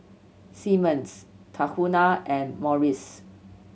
Simmons Tahuna and Morries